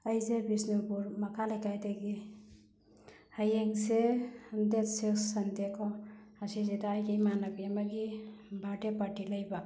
ꯑꯩꯁꯦ ꯕꯤꯁꯅꯨꯄꯨꯔ ꯃꯈꯥ ꯂꯩꯀꯥꯏꯗꯒꯤ ꯍꯌꯦꯡꯁꯦ ꯗꯦꯠ ꯁꯤꯛꯁ ꯁꯟꯗꯦ ꯀꯣ ꯑꯁꯤꯁꯤꯗ ꯑꯩꯒꯤ ꯏꯃꯥꯟꯅꯕꯤ ꯑꯃꯒꯤ ꯕꯥꯔ ꯗꯦ ꯄꯥꯔꯇꯤ ꯂꯩꯕ